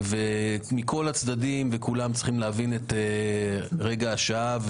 כולם צריכים להבין את גודל השעה,